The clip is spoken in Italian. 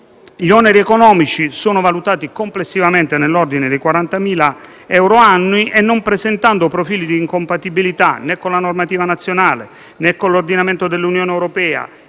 Gli oneri economici sono valutati complessivamente nell'ordine di 40.000 euro annui e non presentando profili di incompatibilità né con la normativa nazionale, né con l'ordinamento dell'Unione europea,